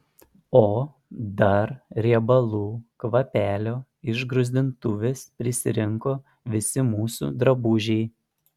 o dar riebalų kvapelio iš gruzdintuvės prisirinko visi mūsų drabužiai